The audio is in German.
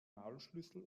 maulschlüssel